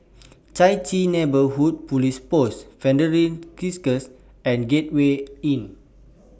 Chai Chee Neighbourhood Police Post Fidelio Circus and Gateway Inn